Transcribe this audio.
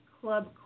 Club